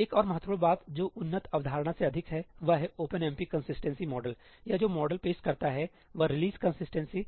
एक और महत्वपूर्ण बात जो एक उन्नत अवधारणा से अधिक है वह है ओपनएमपी कंसिस्टेंसी मॉडल यह जो मॉडल पेश करता है वह रिलीज कंसिस्टेंसी